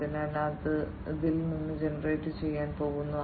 അതിനാൽ അത് അതിൽ നിന്ന് ജനറേറ്റുചെയ്യാൻ പോകുന്നു